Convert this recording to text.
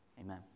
Amen